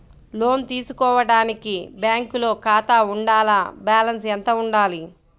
లోను తీసుకోవడానికి బ్యాంకులో ఖాతా ఉండాల? బాలన్స్ ఎంత వుండాలి?